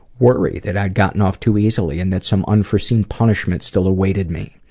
worry that i had gotten off too easily and that some unforeseen punishment still awaited me.